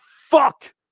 fuck